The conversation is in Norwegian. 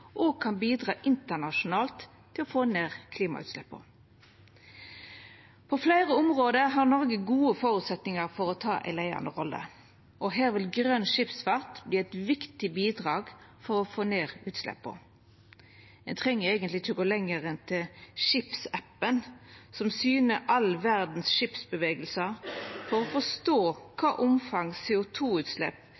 vår, kan bidra òg internasjonalt til å få ned klimautsleppa. På fleire område har Noreg gode føresetnader for å ta ei leiande rolle, og her vil grøn skipsfart vera eit viktig bidrag til å få ned utsleppa. Ein treng eigentleg ikkje gå lenger enn til skipsappen som syner alle verdas skipsbevegelsar, for å forstå